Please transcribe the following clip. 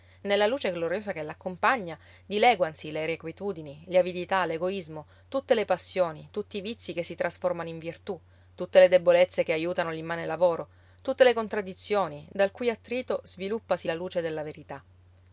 nella luce gloriosa che l'accompagna dileguansi le irrequietudini le avidità l'egoismo tutte le passioni tutti i vizi che si trasformano in virtù tutte le debolezze che aiutano l'immane lavoro tutte le contraddizioni dal cui attrito sviluppasi la luce della verità